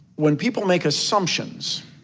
when people make assumptions,